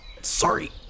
sorry